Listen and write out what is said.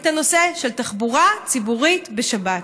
את הנושא של תחבורה ציבורית בשבת.